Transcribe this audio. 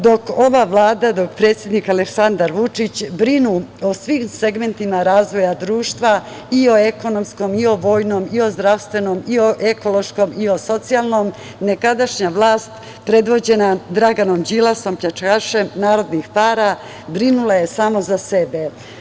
Dok ova Vlada, dok predsednik Aleksandar Vučić brinu o svim segmentima razvoja društva i o ekonomskom i o vojnom i zdravstvenom i o ekološkom i o socijalnom, nekadašnja vlast predvođena Draganom Đilasom, pljačkašem narodnih para, brinula je samo za sebe.